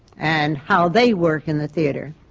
and how they work in the theatre.